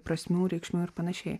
prasmių reikšmių ir panašiai